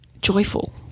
joyful